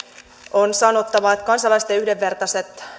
on sanottava että kansalaisten yhdenvertaiset